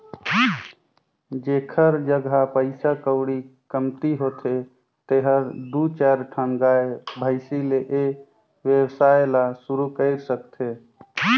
जेखर जघा पइसा कउड़ी कमती होथे तेहर दू चायर ठन गाय, भइसी ले ए वेवसाय ल सुरु कईर सकथे